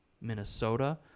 Minnesota